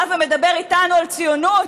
בא ומדבר איתנו על ציונות?